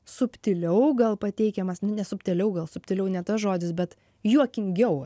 subtiliau gal pateikiamas ne subtiliau gal subtiliau ne tas žodis bet juokingiau